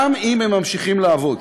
גם אם הם ממשיכים לעבוד,